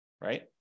right